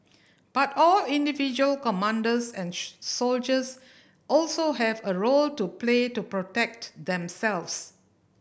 but all individual commanders and soldiers also have a role to play to protect themselves